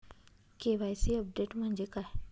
KYC update म्हणजे काय?